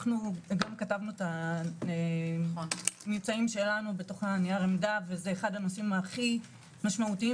כתבנו את הממצאים שלנו בתוך ניר העמדה וזה אחד הנושאים הכי משמעותיים